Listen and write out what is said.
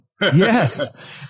Yes